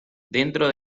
dentro